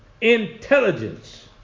intelligence